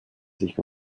sich